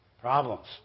problems